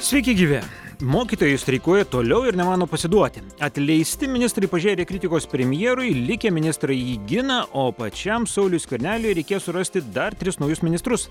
sveiki gyvi mokytojai streikuoja toliau ir nemano pasiduoti atleisti ministrai pažėrė kritikos premjerui likę ministrai jį gina o pačiam sauliui skverneliui reikės surasti dar tris naujus ministrus